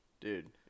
Dude